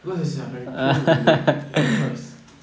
will do that no choice